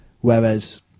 Whereas